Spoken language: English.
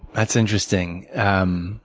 that's interesting. um